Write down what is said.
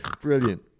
Brilliant